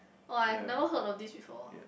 oh I've never heard of this before